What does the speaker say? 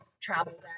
travel